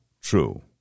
true